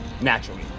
naturally